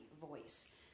voice